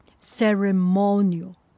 ceremonial